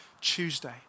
Tuesday